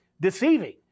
deceiving